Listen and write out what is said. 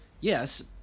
Yes